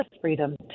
freedom